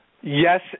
Yes